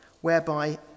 whereby